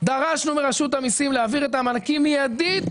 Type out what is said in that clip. דרשנו מרשות המיסים להעביר את המענקים מיידית